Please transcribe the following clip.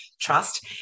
trust